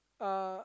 uh